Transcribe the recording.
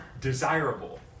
desirable